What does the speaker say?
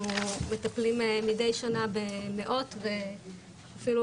ואנחנו מטפלים מידי שנה במאות ואפילו